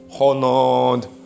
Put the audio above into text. honored